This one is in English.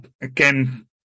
Again